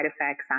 effects